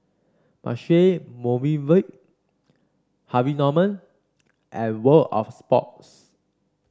Marche Movenpick Harvey Norman and World Of Sports